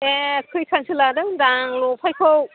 ए खैखानसो लादों होन्दां लफायखौ